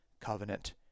Covenant